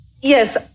Yes